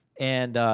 and,